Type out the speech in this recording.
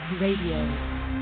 Radio